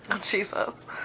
Jesus